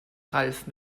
ralf